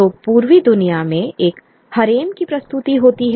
तो पूर्वी दुनिया में एक हरेम की प्रस्तुति होती है